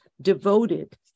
devoted